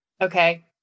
Okay